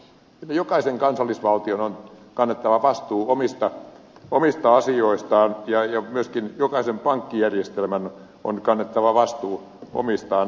jokaisen kansallisvaltion on kannettava vastuu omista asioistaan ja myöskin jokaisen pankkijärjestelmän on kannettava vastuu omistaan